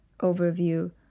overview